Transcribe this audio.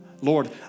Lord